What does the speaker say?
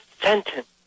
sentence